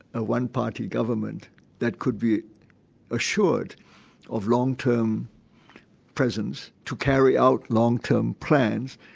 a one-party government that could be assured of long-term presence to carry out long-term plans